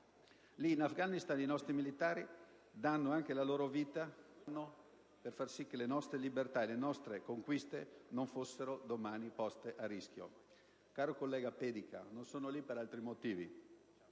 Lì in Afghanistan i nostri militari danno anche la loro vita, ma lo fanno per far sì che le nostre libertà e le nostre conquiste non siano domani poste a rischio: caro collega Pedica, non sono lì per altri motivi.